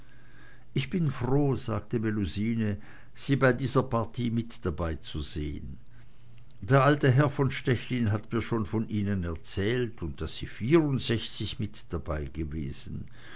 ich bin froh sagte melusine sie bei dieser partie mit dabei zu sehn der alte herr von stechlin hat mir schon von ihnen erzählt und daß sie vierundsechzig mit